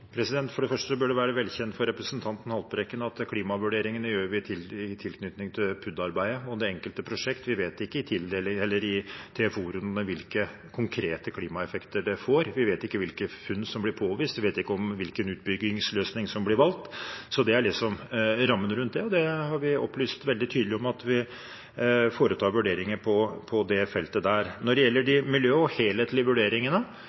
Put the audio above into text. For det første bør det være velkjent for representanten Haltbrekken at klimavurderingene gjør vi i tilknytning til PUD-arbeidet og det enkelte prosjekt. Vi vet ikke i TFO-rundene hvilke konkrete klimaeffekter det får. Vi vet ikke hvilke funn som blir påvist. Vi vet ikke hvilken utbyggingsløsning som blir valgt. Det er det som er rammen rundt det, og vi har opplyst veldig tydelig om at vi foretar vurderinger på det feltet. Når det gjelder miljø og de helhetlige vurderingene,